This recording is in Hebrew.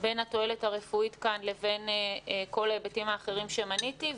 בין התועלת הרפואית כאן לבין כל ההיבטים האחרים שמניתי.